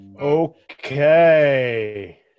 Okay